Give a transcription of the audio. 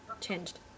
changed